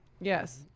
Yes